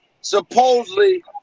supposedly